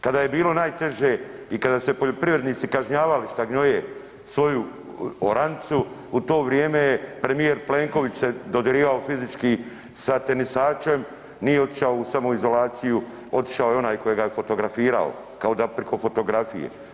Kada je bilo najteže i kada su se poljoprivrednici kažnjavali šta gnoje svoju oranicu u to vrijeme je premijer Plenković dodirivao fizički sa tenisačem, nije otišao u samoizolaciju otišao je onaj koji ga je fotografirao, kao da priko fotografije.